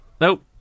Nope